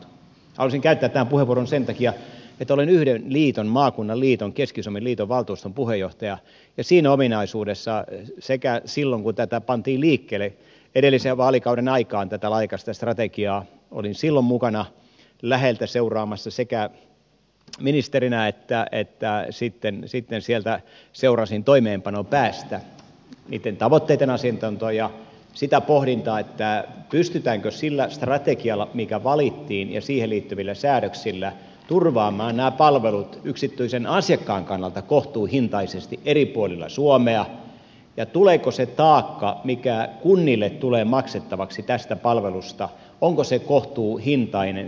halusin käyttää tämän puheenvuoron sen takia että olen yhden liiton maakunnan liiton keski suomen liiton valtuuston puheenjohtaja ja siinä ominaisuudessa sekä silloin kun tätä laajakaistastrategiaa pantiin liikkeelle edellisen vaalikauden aikaan olin mukana läheltä seuraamassa sekä ministerinä että sitten sieltä toimeenpanopäästä niitten tavoitteitten asetantaa ja sitä pohdintaa pystytäänkö sillä strategialla mikä valittiin ja siihen liittyvillä säädöksillä turvaamaan nämä palvelut yksityisen asiakkaan kannalta kohtuuhintaisesti eri puolilla suomea ja onko se taakka mikä kunnille tulee maksettavaksi tästä palvelusta kohtuuhintainen